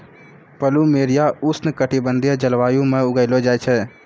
plumeria उष्ण कटिबंधीय जलवायु म उगैलो जाय छै